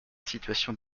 situation